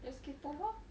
just give both orh